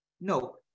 No